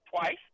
twice